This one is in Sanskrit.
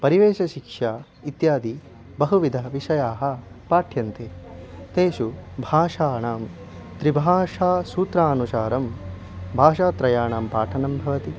परिवेषशिक्षा इत्यादि बहुविध विषयाः पाठ्यन्ते तेषु भाषाणां त्रिभाषासूत्रानुसारं भाषात्रयाणां पाठनं भवति